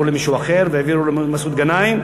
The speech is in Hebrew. למישהו אחר והעבירו למסעוד גנאים.